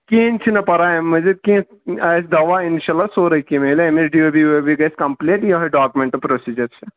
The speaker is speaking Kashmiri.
کِہیٖنۍ چھِنہٕ پرواے اَمہِ مزیٖد کینٛہہ آسہِ دَوا اِنشاء اللہ سورٕے کینٛہہ میلہِ اَمِچ D O B V O B گَژھِ کمپٕلیٖٹ یہِ ہَے ڈاکِمینٹ پرٛوسیٖجر چھِ